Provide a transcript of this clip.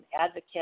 advocate